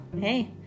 hey